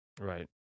Right